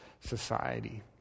society